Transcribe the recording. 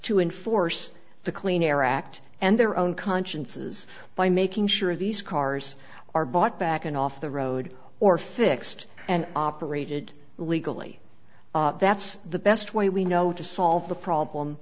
to enforce the clean air act and their own consciences by making sure these cars are bought back and off the road or fixed and operated illegally that's the best way we know to solve the